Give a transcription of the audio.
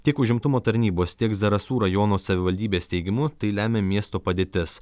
tiek užimtumo tarnybos tiek zarasų rajono savivaldybės teigimu tai lemia miesto padėtis